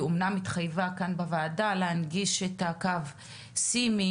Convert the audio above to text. היא אמנם התחייבה כאן בוועדה להנגיש את הקו סימי